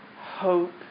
Hope